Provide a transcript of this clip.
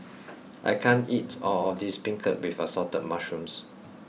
I can't eat all of this Beancurd with assorted mushrooms